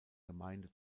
gemeinde